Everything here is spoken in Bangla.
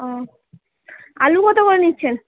ও আলু কত করে নিচ্ছেন